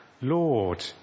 Lord